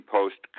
Post